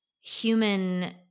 human –